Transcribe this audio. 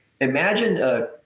imagine